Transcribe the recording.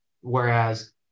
Whereas